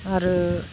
आरो